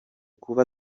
kuba